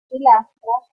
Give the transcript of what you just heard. pilastras